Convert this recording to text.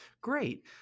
Great